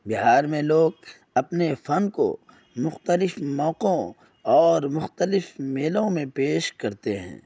بہار میں لوگ اپنے فن کو مختلف موقعوں اور مختلف میلوں میں پیش کرتے ہیں